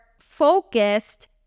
focused